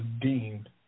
deemed